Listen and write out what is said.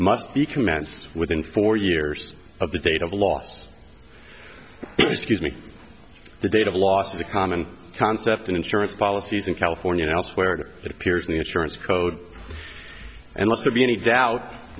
must be commenced within four years of the date of loss excuse me the date of loss is a common concept in insurance policies in california and elsewhere it appears in the insurance code and let there be any doubt